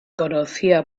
conocía